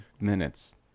minutes